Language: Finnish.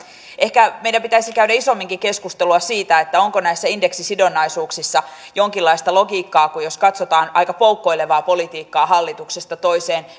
ehkä meidän pitäisi käydä isomminkin keskustelua siitä onko näissä indeksisidonnaisuuksissa jonkinlaista logiikkaa kun katsotaan aika poukkoilevaa politiikkaa hallituksesta toiseen